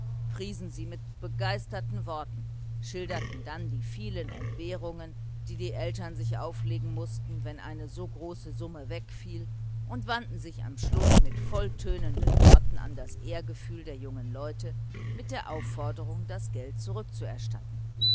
priesen sie in begeisterten worten schilderten dann die vielen entbehrungen die die eltern sich auflegen mußten wenn eine so große summe wegfiel und wandten sich am schluß mit volltönenden worten an das ehrgefühl der jungen leute mit der aufforderung das geld